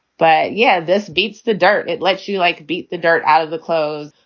but yeah, this beats the dirt. it lets you like beat the dirt out of the clothes,